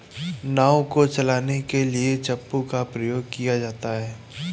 नाव को चलाने के लिए चप्पू का प्रयोग किया जाता है